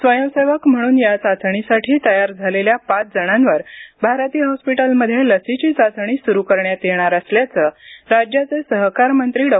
स्वंयसेवक म्हणून या चाचणीसाठी तयार झालेल्या पाच जणांवर भारती हॉस्पिटलमध्ये लसीची चाचणी सुरू करण्यात येणार असल्याचं राज्याचे सहकार राज्यमंत्री डॉ